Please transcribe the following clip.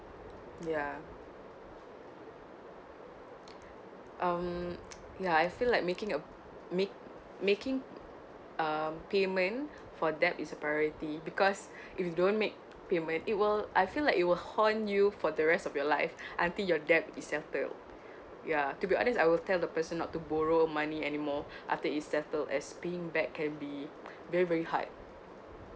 ya um ya I feel like making a make making a payment for that is a priority because you don't make payment it will I feel like it will haunt you for the rest of your life until you're death it settled ya to be honest I will tell the person not to borrow money anymore after it's settled as being back can very very hard